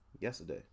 Yesterday